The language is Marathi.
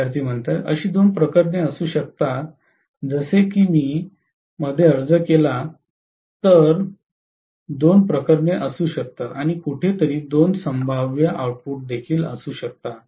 विद्यार्थीः अशी दोन प्रकरणे असू शकतात जसे की मी मध्ये अर्ज केला तर दोन प्रकरणे असू शकतात आणि कुठेतरी दोन संभाव्य आउटपुट असू शकतात